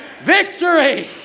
Victory